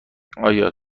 آیا